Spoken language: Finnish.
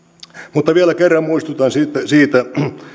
vielä kerran muistutan siitä siitä